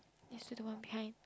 there is still the one behind